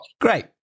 Great